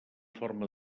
forma